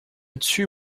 dessus